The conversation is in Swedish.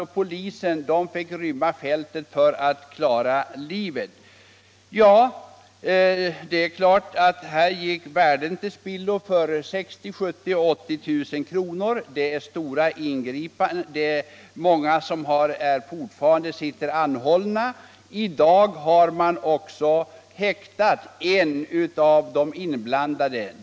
Polisen fick rymma fältet för att klara livet. Värden för 60 000-70 000 kr. gick till spillo. Många sitter fortfarande anhållna, och i dag har en av de inblandade häktats.